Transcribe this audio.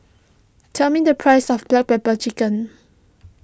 tell me the price of Black Pepper Chicken